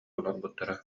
олорбуттара